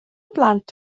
blant